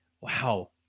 wow